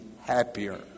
happier